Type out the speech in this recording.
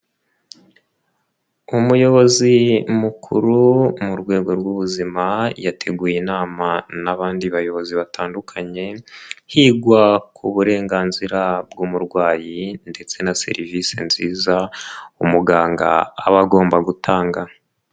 Umuyobozi mukuru mu rwego rw'ubuzima yateguye inama n'abandi bayobozi batandukanye, higwa ku burenganzira bw'umurwayi ndetse na serivise nziza umuganga aba agomba gutanga.